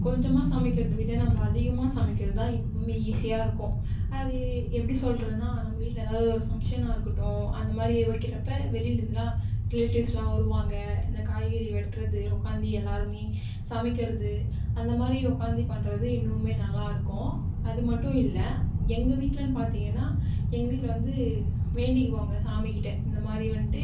கொஞ்சமாக சமைக்கிறதை விட நம்ம அதிகமாக சமைக்கிறதுதான் இன்னுமே ஈஸியாக இருக்கும் அது எப்படி சொல்றதுனா நம்ம வீட்டில் எதாவது ஒரு ஃபங்ஷனா இருக்கட்டும் அந்தமாதிரி வைக்கிறப்ப வெளியிலர்ந்துலாம் ரிலேட்டிவ்ஸ்லாம் வருவாங்க இந்த காய்கறி வெட்றது உக்காந்து எல்லாருமே சமைக்கிறது அந்தமாதிரி உக்காந்து பண்றது இன்னுமே நல்லாயிருக்கும் அது மட்டும் இல்லை எங்கள் வீட்லன்னு பார்த்திங்கன்னா எங்கள் வீட்டில் வந்து வேண்டிக்குவாங்க சாமி கிட்ட இந்தமாதிரி வந்துட்டு